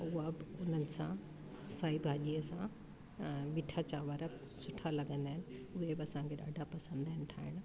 उहा बि उन्हनि सां साई भाॼीअ सां मिठा चांवर सुठा लॻंदा आहिनि उहे बि असांखे ॾाढा पसंदि ईंदा आहिनि ठाहिण